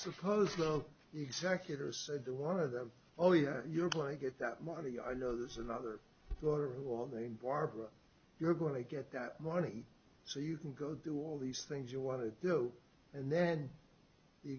suppose the executor said to one of them oh yeah your blanket that money i know there's another daughter i want named barbara you're going to get that money so you can go do all these things you want to do and then the